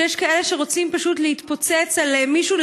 שיש כאלה שרוצים פשוט להתפוצץ על מישהו,